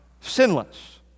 sinless